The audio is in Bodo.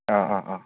अ अ अ